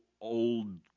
old